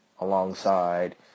alongside